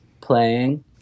playing